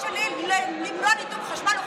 כל, שלך להחליף פוזיציה.